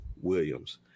Williams